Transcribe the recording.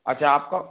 अच्छा आपका